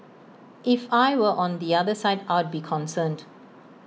if I were on the other side I'd be concerned